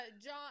John